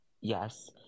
yes